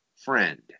friend